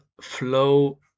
flow